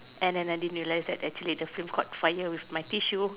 and then I didn't realize that actually the flame caught fire with my tissue